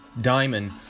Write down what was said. diamond